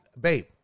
babe